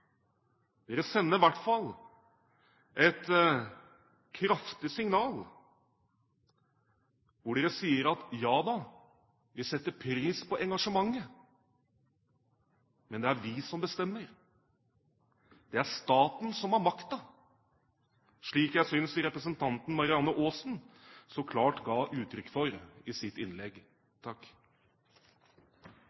sender i hvert fall et kraftig signal hvor de sier: Ja da, vi setter pris på engasjementet, men det er vi som bestemmer. Det er staten som har makta, slik jeg synes representanten Marianne Aasen så klart ga uttrykk for i sitt innlegg.